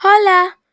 Hola